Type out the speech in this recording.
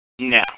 No